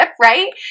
right